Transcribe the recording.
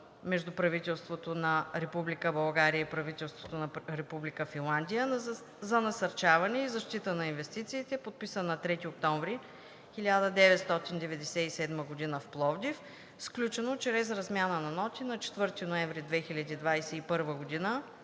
между правителството на Република България и правителството на Република Финландия за насърчаване и защита на инвестициите, подписан на 3 октомври 1997 г. в Пловдив, сключено чрез размяна на ноти на 4 ноември 2021 г.,